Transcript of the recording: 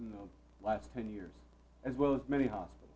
in the last ten years as well as many hospital